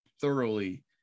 thoroughly